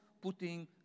putting